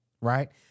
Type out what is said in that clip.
right